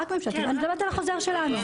רק ממשלתיים, אני מדברת על החוזר שלנו.